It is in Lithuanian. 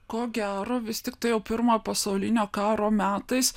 ko gero vis tiktai jau pirmojo pasaulinio karo metais